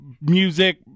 music